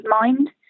mind